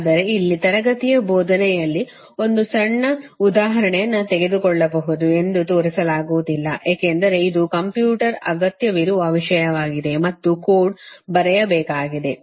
ಆದರೆ ಇಲ್ಲಿ ತರಗತಿಯ ಬೋಧನೆಯಲ್ಲಿ ಒಂದು ಸಣ್ಣ ಉದಾಹರಣೆಯನ್ನು ತೆಗೆದುಕೊಳ್ಳಬಹುದು ಎಂದು ತೋರಿಸಲಾಗುವುದಿಲ್ಲ ಏಕೆಂದರೆ ಇದು ಕಂಪ್ಯೂಟರ್ ಅಗತ್ಯವಿರುವ ವಿಷಯವಾಗಿದೆ ಮತ್ತು ಕೋಡ್ ಬರೆಯಬೇಕಾಗಿದೆ